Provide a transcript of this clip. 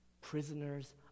Prisoners